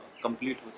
complete